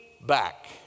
back